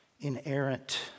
inerrant